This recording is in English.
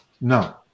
no